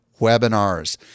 webinars